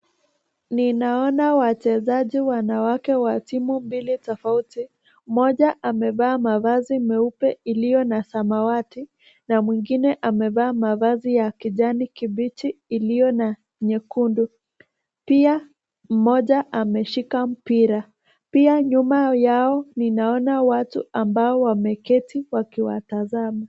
Ninaona wachezaji wanawake wa timu mbili tofauti, mmoja amevaa mavazi meupe iliona samawati na mwingine amevaa mavazi ya kijani kibichi iliona nyekundu. Pia mmoja ameshika mpira. Pia nyuma yao ninaona watu ambao wameketi wakiwatazama.